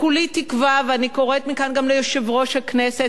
כולי תקווה, ואני קוראת מכאן גם ליושב-ראש הכנסת,